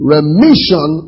Remission